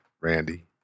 Randy